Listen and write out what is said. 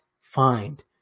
find